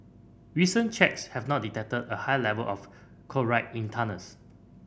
recent checks have not detected a high level of chloride in tunnels